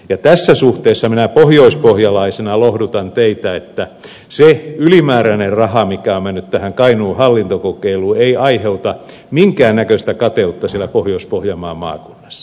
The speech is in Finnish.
ja tässä suhteessa minä pohjoispohjalaisena lohdutan teitä että se ylimääräinen raha mikä on mennyt tähän kainuun hallintokokeiluun ei aiheuta minkään näköistä kateutta siellä pohjois pohjanmaan maakunnassa